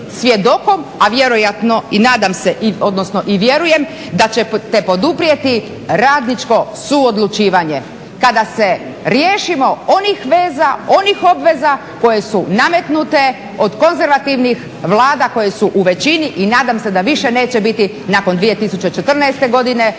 a vjerojatno i nadam se odnosno i vjerujem da ćete poduprijeti radničko suodlučivanje. Kada se riješimo onih veza, onih obveza koje su nametnute od konzervativnih vlada koje su u većini i nadam se da više neće biti nakon 2014. godine